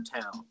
town